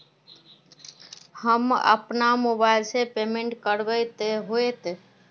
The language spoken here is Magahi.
हम अपना मोबाईल से पेमेंट करबे ते होते?